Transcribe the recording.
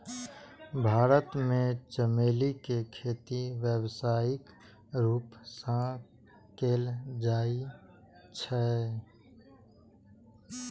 भारत मे चमेली के खेती व्यावसायिक रूप सं कैल जाइ छै